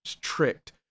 tricked